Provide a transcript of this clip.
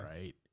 right